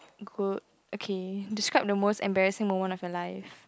good okay describe the most embarrassing moment of your life